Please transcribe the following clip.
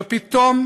ופתאום